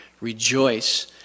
Rejoice